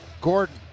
Gordon